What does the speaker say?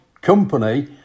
company